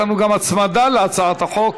הבעיה שיש לנו גם הצמדה להצעת החוק.